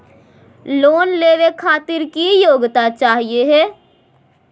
Loan लेवे खातीर की योग्यता चाहियो हे?